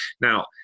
now